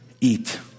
eat